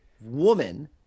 woman